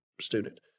student